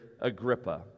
agrippa